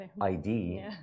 ID